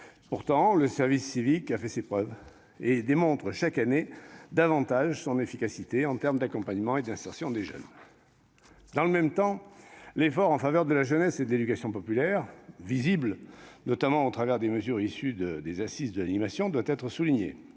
Pourtant, le service civique a fait ses preuves et démontre, chaque année davantage, son efficacité en termes d'accompagnement et d'insertion des jeunes. Dans le même temps, l'effort en faveur de la jeunesse et de l'éducation populaire, visible notamment au travers des mesures issues des Assises de l'animation, doit être souligné.